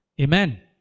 Amen